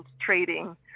trading